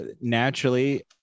naturally